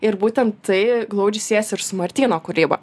ir būtent tai glaudžiai siejas ir su martyno kūryba